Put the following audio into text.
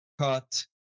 cut